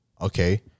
Okay